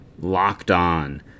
LOCKEDON